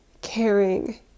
caring